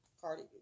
cardi